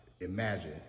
Imagine